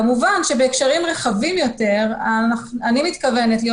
כמובן שבהקשרים רחבים יותר אני מתכוונת להיות